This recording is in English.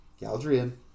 Galdrian